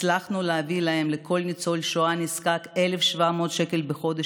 הצלחנו להביא לכל ניצול שואה נזקק 1,700 שקל בחודש,